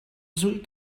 zulh